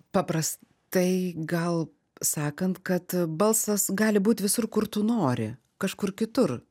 paprastai gal sakant kad balsas gali būt visur kur tu nori kažkur kitur